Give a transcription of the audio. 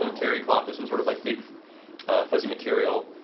um terry cloth or some sort of like big fuzzy material,